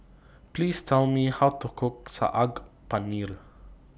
Please Tell Me How to Cook Saag Paneer